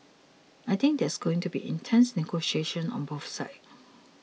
I think there is going to be intense negotiations on both sides